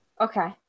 Okay